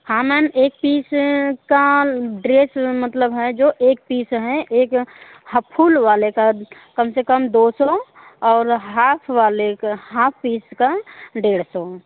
हाँ मैम एक पीस का ड्रेस मतलब है जो एक पीस है एक हफ फूल वाले का कम से कम दो सौ और हाफ वाले का हाफ पीस का डेढ़ सौ